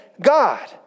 God